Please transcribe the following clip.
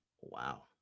Wow